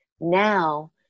now